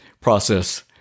process